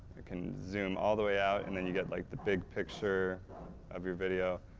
can zoom all the way out, and then you get like the big picture of your video.